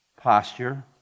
posture